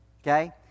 Okay